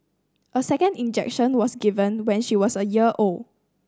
a second injection was given when she was a year old